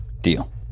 Deal